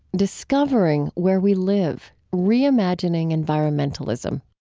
discovering where we live reimagining environmentalism.